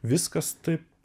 viskas taip